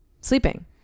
sleeping